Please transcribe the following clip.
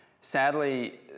Sadly